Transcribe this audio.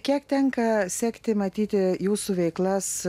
kiek tenka sekti matyti jūsų veiklas